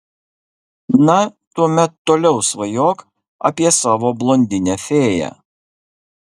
na tuomet toliau svajok apie savo blondinę fėją